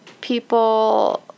people